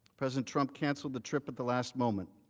president trump canceled the trip at the last moment.